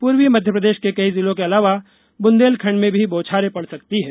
पूर्वी मध्यप्रदेश के कई जिलों के अलावा बुंदेलखंड में बौछारें पड़ सकती हैं